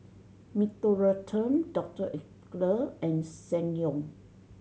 Mentholatum Doctor Oetker and Ssangyong